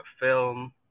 film